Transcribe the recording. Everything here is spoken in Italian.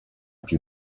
più